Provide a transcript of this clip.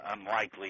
unlikely